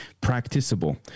practicable